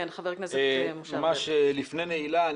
ממש לפני נעילה,